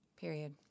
Period